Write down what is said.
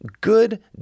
good